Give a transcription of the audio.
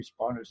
responders